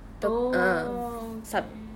oh okay